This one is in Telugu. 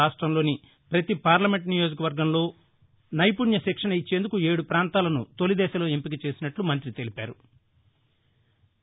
రాష్ట్రంలోని ప్రపతి పార్లమెంట్ నియోజకవర్గంలో నైపుణ్య శిక్షణ ఇచ్చేందుకు ఏదు ప్రాంతాలను తొలిదశలో ఎంపిక చేసినట్ల మం్తి తెలిపారు